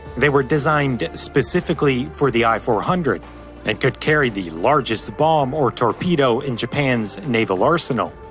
they were designed specifically for the i four hundred and could carry the largest bomb or torpedo in japan's naval arsenal.